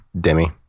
Demi